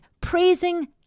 praising